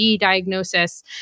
diagnosis